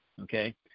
okay